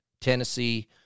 Tennessee